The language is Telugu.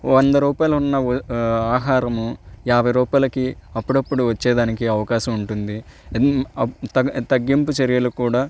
వంద రూపాయలు ఉన్న ఆహారము యాభై రూపాయలకి అప్పుడప్పుడు వచ్చే అవకాశం ఉంటుంది తగ్గింపు చర్యలు కూడా